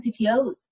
CTOs